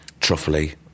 truffley